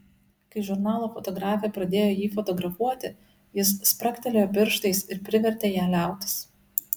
kai žurnalo fotografė pradėjo jį fotografuoti jis spragtelėjo pirštais ir privertė ją liautis